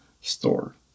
store